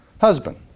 husband